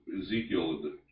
Ezekiel